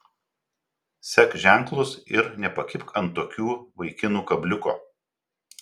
sek ženklus ir nepakibk ant tokių vaikinų kabliuko